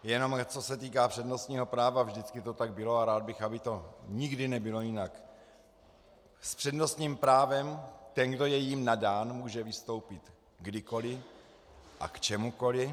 Jenom co se týká přednostního práva, vždycky to tak bylo a rád bych, aby to nikdy nebylo jinak s přednostním právem ten, kdo je jím nadán, může vystoupit kdykoli a k čemukoli.